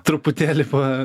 truputėlį pa